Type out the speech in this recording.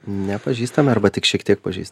nepažįstami arba tik šiek tiek pažįs